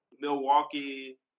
Milwaukee